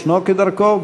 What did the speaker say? ישנו, כדרכו.